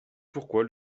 pourquoi